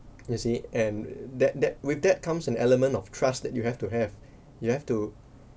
you see and that that with that comes an element of trust that you have to have you have to